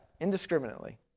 indiscriminately